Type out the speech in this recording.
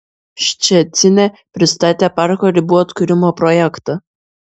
ščecine pristatė parko ribų atkūrimo projektą